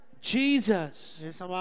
Jesus